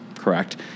correct